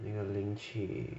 那个 link 去